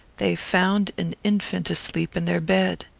they found an infant asleep in their bed.